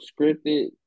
scripted